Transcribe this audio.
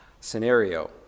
scenario